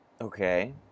Okay